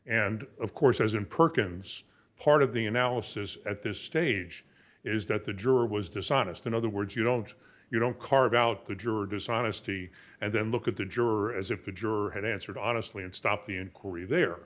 course as in perkins part of the analysis at this stage is that the juror was dishonest in other words you don't you don't carve out the juror dishonesty and then look at the juror as if the juror had answered honestly and stopped the inquiry there